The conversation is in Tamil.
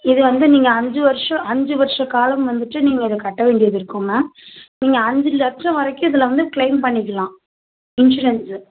இது வந்து நீங்கள் அஞ்சு வருஷம் அஞ்சு வர்ஷ காலம் வந்துவிட்டு நீங்கள் இதை கட்ட வேண்டியது இருக்கும் மேம் நீங்கள் அஞ்சு லட்சம் வரைக்கும் இதில் வந்து க்ளைம் பண்ணிக்கலாம் இன்சூரன்ஸு